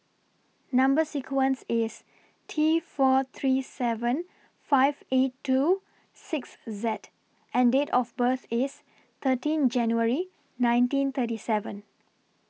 Number sequence IS T four three seven five eight two six Z and Date of birth IS thirteen January nineteen thirty seven